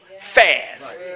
fast